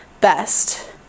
best